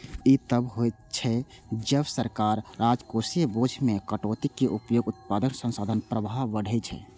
ई तब होइ छै, जब सरकार राजकोषीय बोझ मे कटौतीक उपयोग उत्पादक संसाधन प्रवाह बढ़बै छै